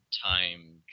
time